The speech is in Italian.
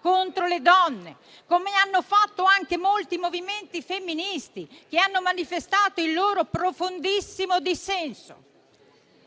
contro le donne; come hanno fatto anche molti movimenti femministi, che hanno manifestato il loro profondissimo dissenso.